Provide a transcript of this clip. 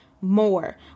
more